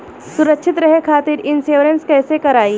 सुरक्षित रहे खातीर इन्शुरन्स कईसे करायी?